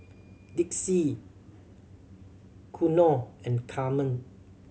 Dicy Konnor and Carma